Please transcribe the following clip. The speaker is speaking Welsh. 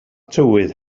tywydd